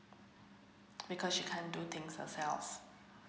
because she can't do things herself